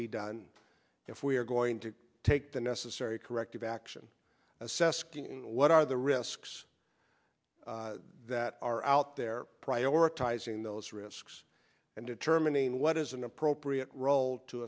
be done if we are going to take the necessary corrective action assessed what are the risks that are out there prioritizing those risks and determining what is an appropriate role to